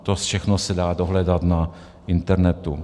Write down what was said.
To všechno se dá dohledat na internetu.